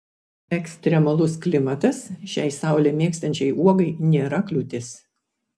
ekstremalus klimatas šiai saulę mėgstančiai uogai nėra kliūtis